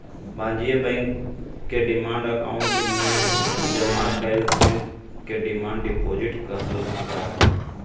वाणिज्य बैंक के demand account में जमा कैल धन के डिमांड डिपॉजिट कहल जा हई